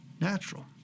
natural